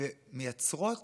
ומייצרות